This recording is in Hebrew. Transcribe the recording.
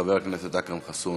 חבר הכנסת אכרם חסון,